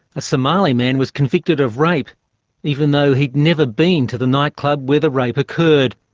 a somali man was convicted of rape even though he'd never been to the nightclub where the rape occurred.